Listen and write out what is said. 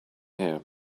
here